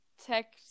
tech